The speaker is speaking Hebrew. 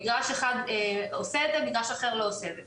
מגרש אחד עושה את זה, מגרש אחר לא עושה את זה.